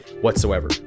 whatsoever